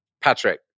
Patrick